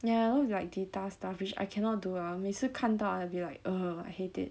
ya all the like data stuff which I cannot do 我每次看到 I'll be like err I hate it